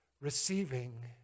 receiving